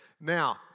Now